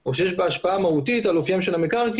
או שיש בה השפעה מהותית על אופיים של המקרקעין,